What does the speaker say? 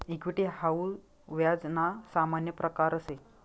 equity हाऊ व्याज ना सामान्य प्रकारसे